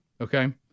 Okay